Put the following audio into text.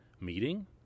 meeting